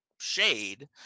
shade